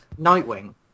Nightwing